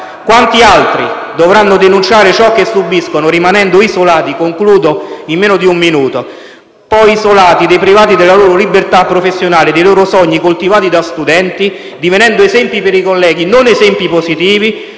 Quanti altri dovranno denunciare ciò che subiscono, rimanendo poi isolati, deprivati della loro libertà professionale, dei sogni coltivati da studenti, divenendo esempi per i colleghi: non esempi positivi